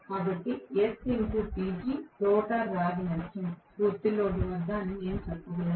కాబట్టి రోటర్ రాగి నష్టం పూర్తి లోడ్ వద్దఅని నేను చెప్పగలను